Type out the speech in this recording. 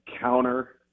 counter